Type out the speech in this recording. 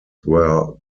were